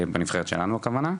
בנבחרת שלנו הכוונה,